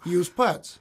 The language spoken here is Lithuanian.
jūs pats